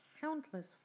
countless